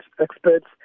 experts